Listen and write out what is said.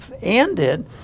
ended